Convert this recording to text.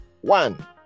one